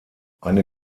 eine